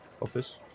office